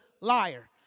liar